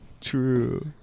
True